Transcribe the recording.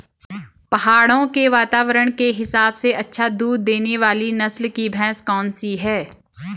पहाड़ों के वातावरण के हिसाब से अच्छा दूध देने वाली नस्ल की भैंस कौन सी हैं?